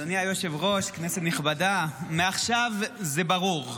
אדוני היושב-ראש, כנסת נכבדה, מעכשיו זה ברור,